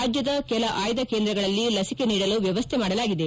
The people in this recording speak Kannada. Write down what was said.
ರಾಜ್ಞದ ಕೆಲ ಆಯ್ದ ಕೇಂದ್ರಗಳಲ್ಲಿ ಲಚಿಕೆ ನೀಡಲು ವ್ಯವಸ್ಥೆ ಮಾಡಲಾಗಿದೆ